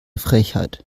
frechheit